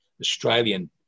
Australian